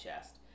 chest